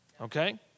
Okay